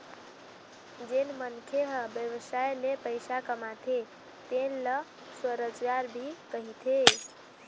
जेन मनखे ह बेवसाय ले पइसा कमाथे तेन ल स्वरोजगार भी कहिथें